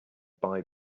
buy